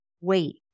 wait